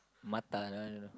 Mattar that one I don't know